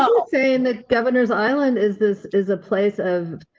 ah saying the governor's island is, this is a place of.